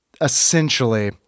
Essentially